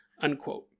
Unquote